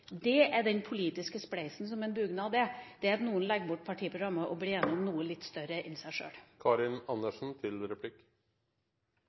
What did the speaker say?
fra regjeringa. Den politiske spleisen som er en dugnad, er at noen legger bort partiprogrammet og blir enige om noe litt større enn seg sjøl.